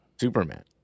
Superman